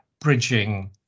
bridging